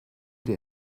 dir